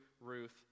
Ruth